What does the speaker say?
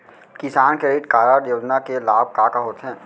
किसान credit card योजना के लाभ का का होथे?